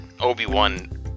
obi-wan